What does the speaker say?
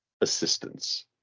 assistance